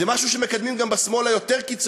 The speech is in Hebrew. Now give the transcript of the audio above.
זה משהו שמקדמים גם בשמאל היותר-קיצוני.